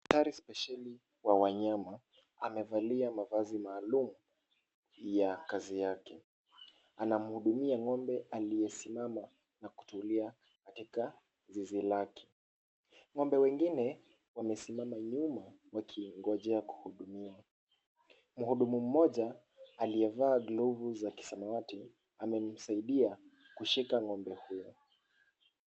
Daktari spesheli wa wanyama, amevalia mavazi maalum ya kazi yake. Anamhudumia ng'ombe aliyesimama na kutulia katika zizi lake. Ng'ombe wengine wamesimama nyuma wakingojea kuhudumiwa. Mhudumu mmoja aliyevaa glovu za kisamawati amemsaidia kushika ng'ombe huyo.